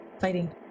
fighting